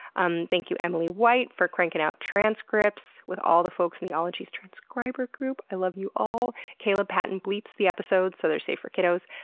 um thank you emily white for crankin' out transcripts with all the folks in the ologies transcribers group, i love you all. caleb patton bleeps episodes so they're safe for kiddos.